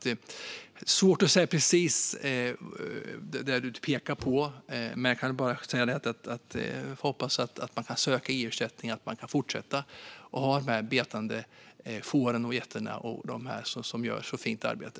Det är svårt att säga precis, men jag kan säga att vi får hoppas att det går att söka EU-ersättningar och fortsätta att använda de betande fåren och getterna som gör ett så fint arbete.